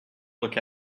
look